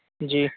جی